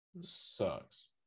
sucks